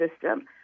system